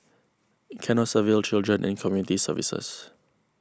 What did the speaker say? Canossaville Children and Community Services